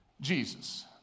Jesus